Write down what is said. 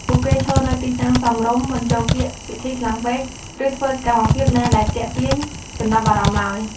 ពួកគេឈរនៅទីតាំងសមរម្យ មិនចូលកៀកពិធីខ្លាំងពេក ឬធ្វើសកម្មភាពណាដែលទាក់ទាញចំណាប់អារម្មណ៍ទ្បើយ។